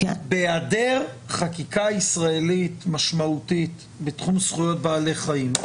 בהיעדר חקיקה ישראלית משמעותית בתחום זכויות בעלי חיים,